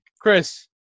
Chris